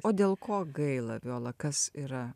o dėl ko gaila viola kas yra